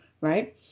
right